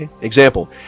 Example